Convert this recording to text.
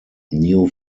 new